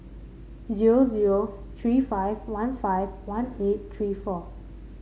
zero zero three five one five one eight three four